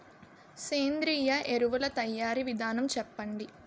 సేంద్రీయ ఎరువుల తయారీ విధానం చెప్పండి?